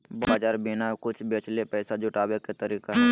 bond बाज़ार बिना कुछ बेचले पैसा जुटाबे के तरीका हइ